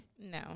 No